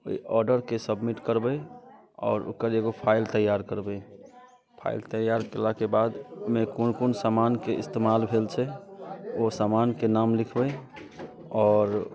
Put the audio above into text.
ओहि ऑर्डरके सबमिट करबै आओर ओकर जे एगो फाइल तैयार करबै फाइल तैयार केलाके बादमे कोन कोन सामानके इस्तेमाल भेल छै ओ सामानके नाम लिखबै आओर